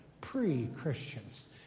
Pre-Christians